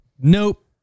Nope